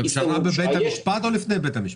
בפשרה בבית המשפט או לפני בית המשפט?